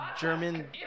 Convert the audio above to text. German